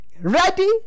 ready